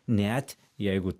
net jeigu